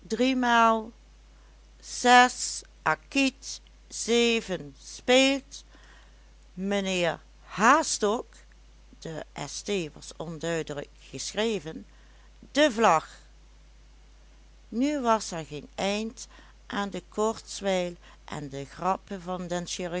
driemaal zes acquit zeven speelt mijnheer hastok de st was onduidelijk geschreven de vlag nu was er geen eind aan de kortswijl en de grappen van